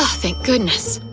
ah thank goodness.